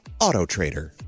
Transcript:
AutoTrader